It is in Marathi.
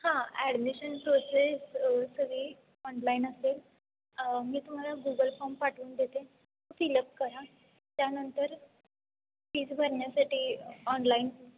हां ॲडमिशन प्रोसेस सगळी ऑनलाईन असेल मी तुम्हाला गुगल फॉर्म पाठवून देते फिलअप करा त्यानंतर फीज भरण्यासाठी ऑनलाईन